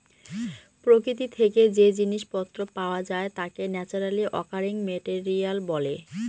প্রকৃতি থেকে যে জিনিস পত্র পাওয়া যায় তাকে ন্যাচারালি অকারিং মেটেরিয়াল বলে